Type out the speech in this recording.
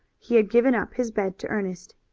he had given up his bed to ernest.